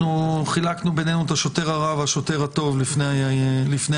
חילקנו בינינו את השוטר הרע והשוטר הטוב לפני הישיבה...